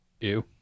Ew